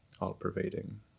all-pervading